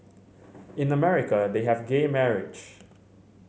in America they have gay marriage